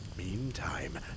Meantime